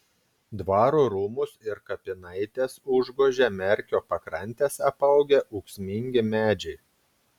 dvaro rūmus ir kapinaites užgožia merkio pakrantes apaugę ūksmingi medžiai